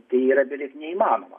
tai yra beveik neįmanoma